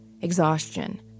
exhaustion